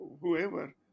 whoever